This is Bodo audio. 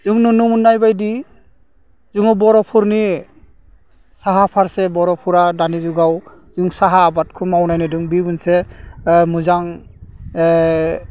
जों नुनो मोन्नाय बायदि जोङो बर'फोरनि साहा फारसे बर'फोरा दानि जुगाव जों साहा आबादखौ मावनाय नुदों बे मोनसे मोजां